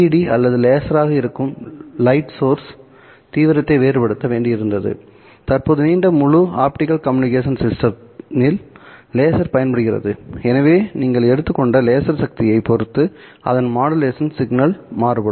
D அல்லது லேசராக இருக்கும் லைட் சோர்ஸ் தீவிரத்தை வேறுபடுத்த வேண்டியிருந்தது தற்போது நீண்ட முழு ஆப்டிகல் கம்யூனிகேஷன் சிஸ்டம்இல் லேசர் பயன்படுத்தப்படுகிறது எனவே நீங்கள் எடுத்துக்கொண்ட லேசர் சக்தியை பொருத்து அதன்படி மாடுலேஷன் சிக்னல் மாறுபடும்